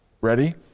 Ready